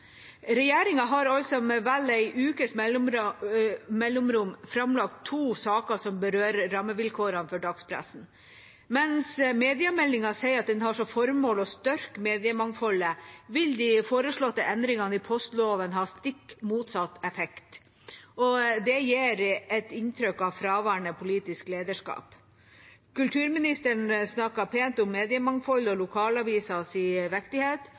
Regjeringa har altså med vel en ukes mellomrom framlagt to saker som berører rammevilkårene for dagspressen. Mens mediemeldinga sier at den har som formål å styrke mediemangfoldet, vil de foreslåtte endringene i postloven ha stikk motsatt effekt. Det gir et inntrykk av fraværende politisk lederskap. Kulturministeren snakket pent om mediemangfoldet og lokalavisens viktighet,